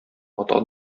атасы